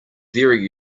very